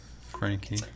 Frankie